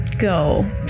go